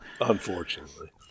unfortunately